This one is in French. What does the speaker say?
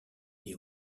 des